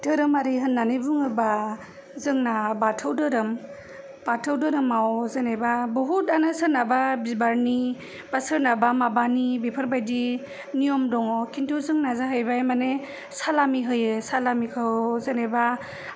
धोरोमारि होननानै बुङोबा जोंना बाथौ धोरोम बाथौ धोरोमाव जेनोबा बहुदानो सोरनाबा बिबारनि बा सोरनाबा माबानि बेफोरबायदि नियम दङ खिनथु जोंना जाहैबाय मानि सालामि होयो सालामिखौ जेनोबा